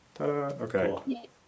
Okay